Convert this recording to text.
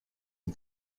die